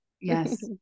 Yes